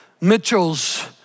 Mitchell's